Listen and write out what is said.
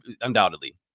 undoubtedly